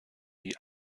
die